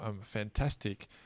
fantastic